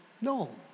no